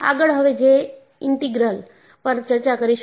આગળ હવે જે ઇનટીગ્રલ પર ચર્ચા કરીશું